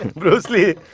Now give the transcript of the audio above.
bruce lee!